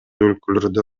өлкөлөрдө